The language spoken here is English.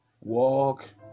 walk